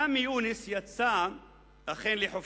סמי יונס יצא לחופשות,